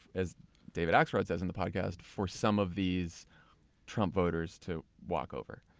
as david axelrod says in the podcast, for some of these trump voters to walk over.